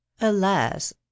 alas